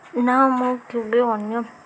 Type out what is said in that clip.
ନା ମୁଁ କେବେ ଅନ୍ୟ